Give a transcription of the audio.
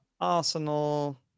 Arsenal